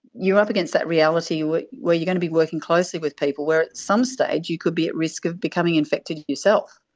you're up against that reality where you're going to be working closely with people where at some stage you could be at risk of becoming infected yourself.